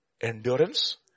Endurance